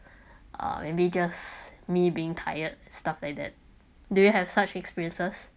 or maybe just me being tired stuff like that do you have such experiences